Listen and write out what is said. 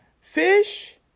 Fish